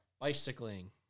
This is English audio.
bicycling